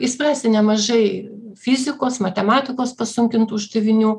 išspręsti nemažai fizikos matematikos pasunkintų uždavinių